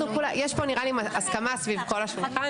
יש פה נראה לי הסכמה סביב כל השולחן.